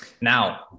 Now